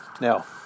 Now